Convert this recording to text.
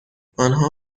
آنها